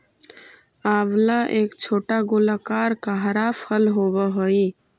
आंवला एक छोटा गोलाकार का हरा फल होवअ हई